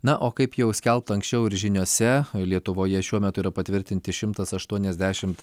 na o kaip jau skelbta anksčiau ir žiniose lietuvoje šiuo metu yra patvirtinti šimtas aštuoniasdešimt